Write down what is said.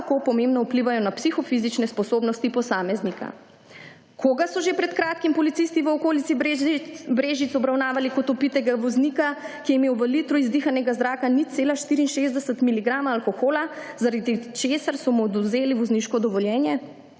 tako pomembno vplivajo na psihofizične sposobnosti posameznika. Koga so že pred kratkim policisti v okolici Brežic obravnavali kot opitega voznika, ki je imel v litru izdihanega zraka 0.64 miligrama alkohola, zaradi česar so mu odvzeli vozniško dovoljenje.